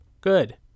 Good